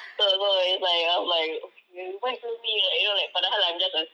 so so it's like I'm like !oi! uh why you follow me like you know padahal I'm just a